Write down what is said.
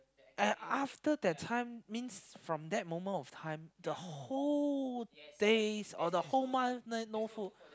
and after that time means from that moment of time the whole days or the whole month there no food